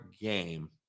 game